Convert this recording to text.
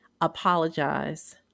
apologize